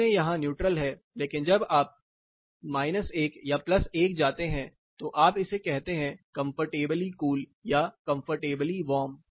0 यहां न्यूट्रल है लेकिन जब आप 1 या1 जाते हैं तो आप इसे कहते हैं कंफर्टेबली कूल या कंफर्टेबली वार्म